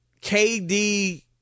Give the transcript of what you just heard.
KD